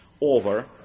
over